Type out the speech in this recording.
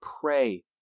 Pray